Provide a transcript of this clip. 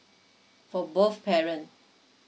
for both parent